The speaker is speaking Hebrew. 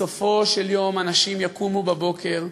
בסופו של יום אנשים יקומו בבוקר,